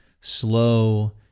slow